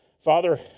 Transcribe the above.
Father